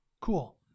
Cool